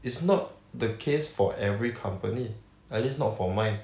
it's not the case for every company at least not for mine